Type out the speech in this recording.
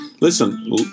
Listen